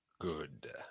good